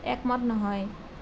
একমত নহয়